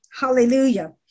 hallelujah